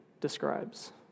describes